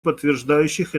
подтверждающих